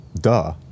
duh